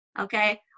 okay